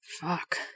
Fuck